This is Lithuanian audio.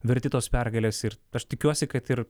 verti tos pergalės ir aš tikiuosi kad ir